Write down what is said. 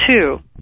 two